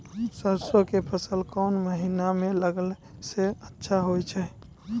सरसों के फसल कोन महिना म लगैला सऽ अच्छा होय छै?